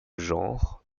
genre